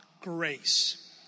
grace